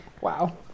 Wow